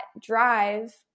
drive